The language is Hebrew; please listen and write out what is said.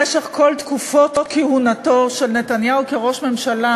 במשך כל תקופות כהונתו של נתניהו כראש ממשלה,